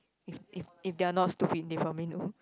if if if they're not stupid they probably know